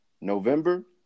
November